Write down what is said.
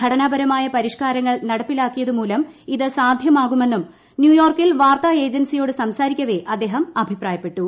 ഘടനാപരമായ പരിഷ്കാരങ്ങൾ നടപ്പിലാക്കിയതു മൂലം ഇത് സാധ്യമാകുമെന്നും ന്യൂയോർക്കിൽ വാർത്താ ഏജൻസിയോട്ട് സംസാരിക്കവെ അദ്ദേഹം അഭിപ്രായപ്പെട്ടു